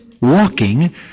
Walking